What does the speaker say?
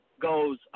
goes